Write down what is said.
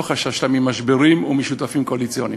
לא חששת ממשברים או משותפים קואליציוניים,